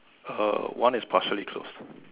uh one is partially closed